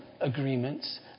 agreements